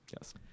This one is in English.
Yes